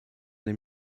dem